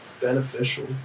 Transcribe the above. beneficial